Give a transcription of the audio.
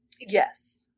Yes